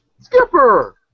Skipper